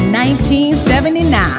1979